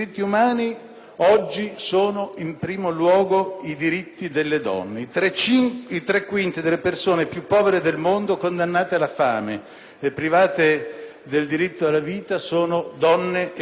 oggi sono, in primo luogo, i diritti delle donne. I tre quinti delle persone più povere del mondo condannate alla fame e private del diritto alla vita sono donne e bambini.